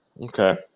Okay